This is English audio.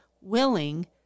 willing